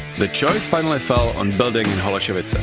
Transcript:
the choice finally fell on building in holesovice.